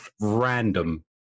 random